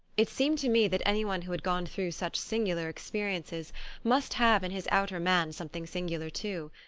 it seemed to me that any one who had gone through such singular experiences must have in his outer man something singular too.